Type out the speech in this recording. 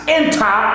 enter